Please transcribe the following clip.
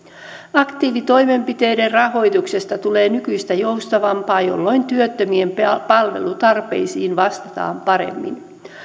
aktiivitoimenpiteiden rahoituksesta tulee nykyistä joustavampaa jolloin työttömien palvelutarpeisiin vastataan paremmin